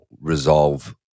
resolve